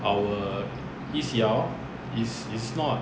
our E_C_R is is not